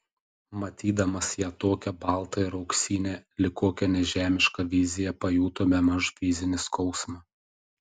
matydamas ją tokią baltą ir auksinę lyg kokią nežemišką viziją pajuto bemaž fizinį skausmą